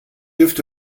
dürft